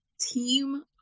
team